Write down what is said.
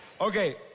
Okay